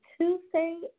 Tuesday